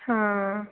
ହଁ